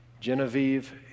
Genevieve